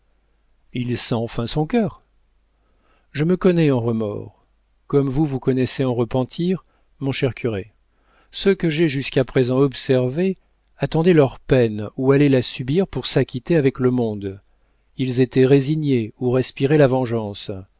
il sent enfin son cœur je me connais en remords comme vous vous connaissez en repentirs mon cher curé ceux que j'ai jusqu'à présent observés attendaient leur peine ou allaient la subir pour s'acquitter avec le monde ils étaient résignés ou respiraient la vengeance